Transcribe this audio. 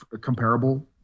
comparable